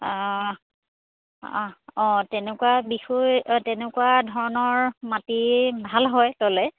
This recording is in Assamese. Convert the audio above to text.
অঁ অঁ অঁ তেনেকুৱা বিষয় তেনেকুৱা ধৰণৰ মাটি ভাল হয় ল'লে